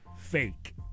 fake